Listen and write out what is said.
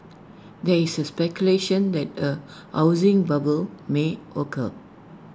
there is speculation that A housing bubble may occur